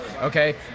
Okay